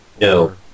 No